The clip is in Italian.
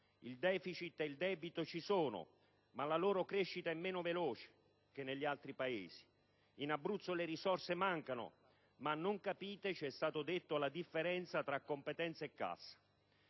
il deficit e il debito ci sono, ma la loro crescita è meno veloce che negli altri Paesi. In Abruzzo le risorse mancano, ma - ci è stato detto - non capite la differenza tra competenza e cassa.